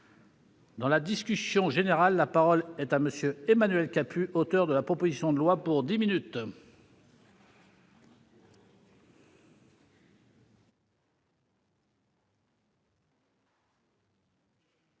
Dans la discussion générale, la parole est à M. Emmanuel Capus, auteur de la proposition de loi. Monsieur